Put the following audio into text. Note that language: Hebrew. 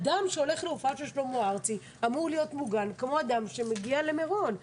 אדם שהולך להופעה של שלמה ארצי אמור להיות מוגן כמו אדם שמגיע למירון.